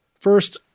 First